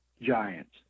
giants